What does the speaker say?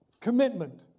Commitment